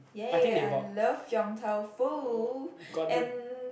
yay I love Yong-Tau-Foo and